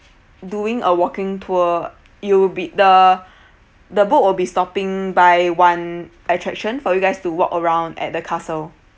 doing a walking tour you'll be the the boat will be stopping by one attraction for you guys to walk around at the castle